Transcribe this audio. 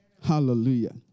Hallelujah